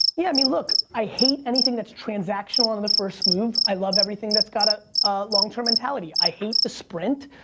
yeah. i mean, look, i hate anything that's transactional on on the first move. i love everything that's got a longterm mentality. i hate the sprint.